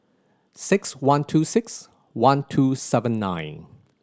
six one two six one two seven nine